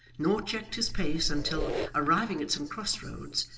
nor checked his pace until, arriving at some cross roads,